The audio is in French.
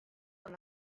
dans